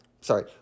sorry